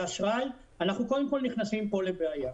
האשראי אנחנו קודם כל נכנסים כאן לבעיה.